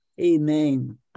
Amen